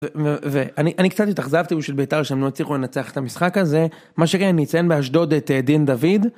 ואני אני קצת התאכזבתי בשביל ביתר שהם לא הצליחו לנצח את המשחק הזה מה שאני אציין באשדוד את דין דוד.